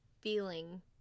feeling